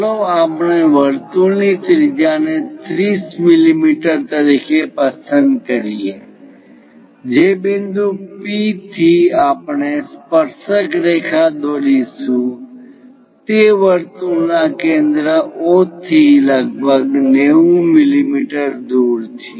ચાલો આપણે વર્તુળની ત્રિજ્યાને 3૦ મીમી તરીકે પસંદ કરીએ જે બિંદુ P થી આપણે સ્પર્શક રેખા દોરી શું તે વર્તુળના કેન્દ્ર O થી લગભગ 9૦ મીમી દૂર છે